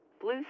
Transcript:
Blue